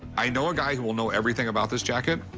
i know a guy who will know everything about this jacket.